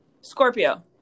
Scorpio